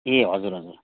ए हजुर हजुर